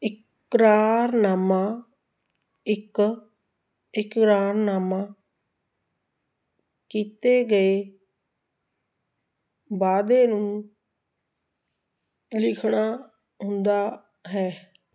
ਇਕਰਾਰਨਾਮਾ ਇੱਕ ਇਕਰਾਰਨਾਮਾ ਕੀਤੇ ਗਏ ਵਾਅਦੇ ਨੂੰ ਲਿਖਣਾ ਹੁੰਦਾ ਹੈ